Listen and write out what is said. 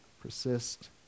persist